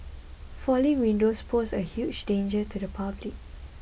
falling windows pose a huge danger to the public